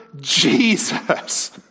Jesus